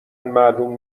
معلوم